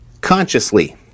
consciously